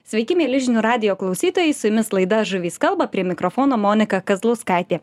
sveiki mieli žinių radijo klausytojai su jumis laida žuvys kalba prie mikrofono monika kazlauskaitė